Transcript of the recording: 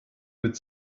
mit